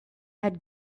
had